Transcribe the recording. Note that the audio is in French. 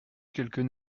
quelques